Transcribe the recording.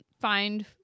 find